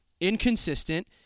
inconsistent